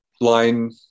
line